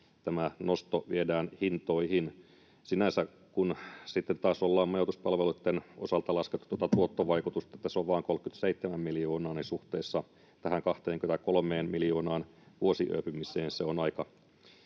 kokonaisuudessaan hintoihin. Sinänsä, kun sitten taas ollaan majoituspalveluitten osalta laskettu tuota tuottovaikutusta, että se on vain 37 miljoonaa, niin suhteessa tähän 23 miljoonaan vuosiyöpymiseen se on aika